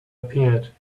appeared